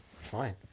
Fine